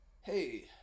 hey